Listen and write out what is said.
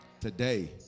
Today